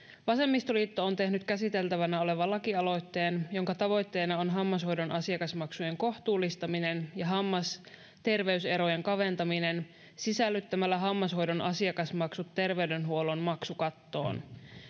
vasemmistoliitto on tehnyt käsiteltävänä olevan lakialoitteen jonka tavoitteena on hammashoidon asiakasmaksujen kohtuullistaminen ja hammasterveyserojen kaventaminen sisällyttämällä hammashoidon asiakasmaksut terveydenhuollon maksukattoon